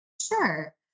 Sure